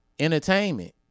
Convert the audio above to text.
Entertainment